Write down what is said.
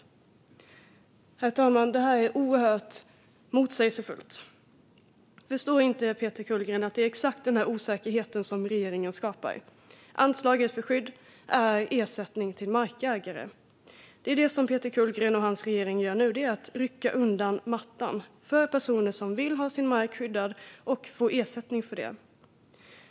Herr talman! Det här är oerhört motsägelsefullt. Förstår inte Peter Kullgren att det är exakt denna osäkerhet som regeringen skapar? Anslaget för skydd är ersättning till markägare. Peter Kullgren och hans regering rycker nu undan mattan för personer som vill ha sin mark skyddad och få ersättning för det.